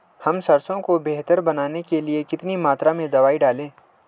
हम सरसों को बेहतर बनाने के लिए कितनी मात्रा में दवाई डालें?